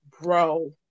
bro